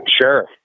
sure